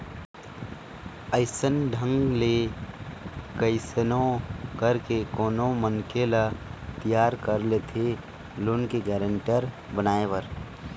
अइसन ढंग ले कइसनो करके कोनो मनखे ल तियार कर लेथे लोन के गारेंटर बनाए बर